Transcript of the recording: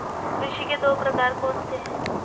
कृषि के दो प्रकार कौन से हैं?